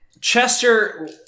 Chester